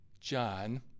John